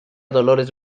dolores